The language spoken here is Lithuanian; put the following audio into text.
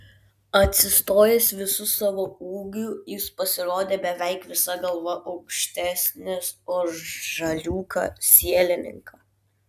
atsistojęs visu savo ūgiu jis pasirodė beveik visa galva aukštesnis už žaliūką sielininką